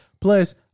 Plus